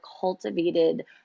cultivated